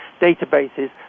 databases